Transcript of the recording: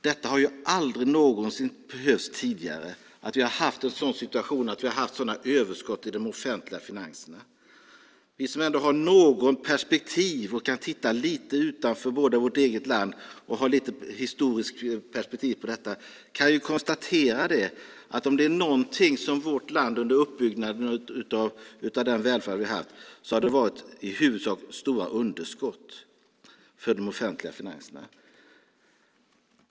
Detta har aldrig någonsin tidigare behövts, att ta ställning till den situationen att vi har sådana överskott i de offentliga finanserna. Vi som ändå har något perspektiv, kan titta utanför vårt eget land och har ett historiskt perspektiv på detta, kan konstatera att om det är någonting som vårt land har haft under uppbyggnaden av välfärden så är det i huvudsak stora underskott i de offentliga finanserna.